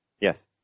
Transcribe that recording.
Yes